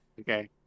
Okay